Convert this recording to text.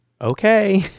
okay